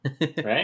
right